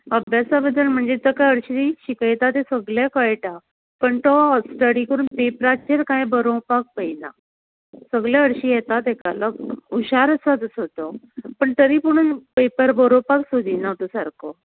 अभ्यासा बद्दल म्हणजे तका हरशीं शिकयता तें सगलें कळटा पण तो स्टडी करून पेपराचेर कांय बरोवपाक पळयना सगलें हरशीं येता तेका लक हुशार आसा तसो तो पण तरी पुणून पेपर बरोवपाक सोदिना तो सारको